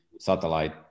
satellite